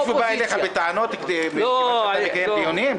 מישהו בא אליך בטענות --- לקיים דיונים?